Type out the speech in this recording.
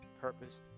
purpose